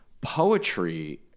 poetry